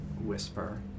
whisper